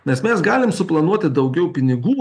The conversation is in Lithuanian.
nes mes galim suplanuoti daugiau pinigų